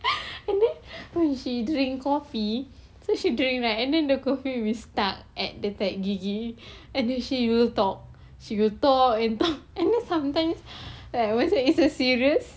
and then when she drink coffee so she drink right and then the coffee stuck at the tahi gigi and then she will talk she will talk and talk and sometimes like was it serious